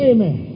Amen